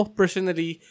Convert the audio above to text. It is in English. personally